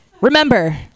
Remember